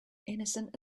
innocent